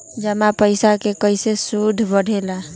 जमा पईसा के कइसे सूद बढे ला?